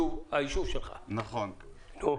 יש כאלה שהוכיחו לי עכשיו שהאיזון שלהם עובר אצל ששון.